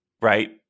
right